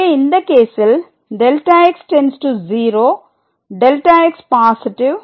எனவே இந்த கேசில் Δx→0 Δx பாசிட்டிவ்